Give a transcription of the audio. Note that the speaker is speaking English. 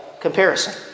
comparison